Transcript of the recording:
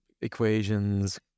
equations